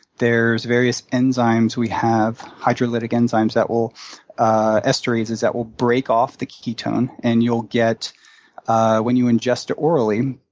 there's various enzymes. we have hydrolytic enzymes that will ah esterases that will break off the ketone, and you'll get ah when you ingest it orally,